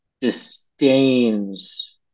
disdains